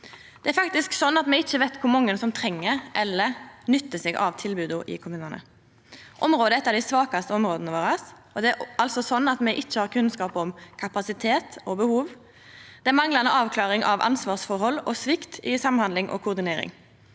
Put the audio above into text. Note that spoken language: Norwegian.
Det er faktisk sånn at me ikkje veit kor mange som treng eller nyttar seg av tilboda i kommunane. Området er eitt av dei svakaste områda våre, og me har ikkje kunnskap om kapasitet og behov. Det er manglande avklaring av ansvarsforhold og svikt i samhandling og koordinering.